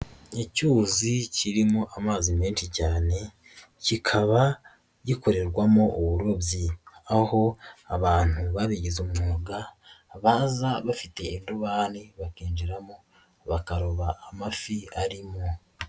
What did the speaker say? Icyuzi kirimo amazi menshi cyane kikaba gikorerwamo uburobyi, aho abantu babigize umwuga baza bafite indobani bakinjiramo bakaroba amafi arimo.